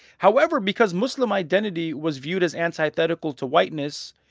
however, because muslim identity was viewed as antithetical to whiteness,